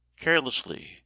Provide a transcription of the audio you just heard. carelessly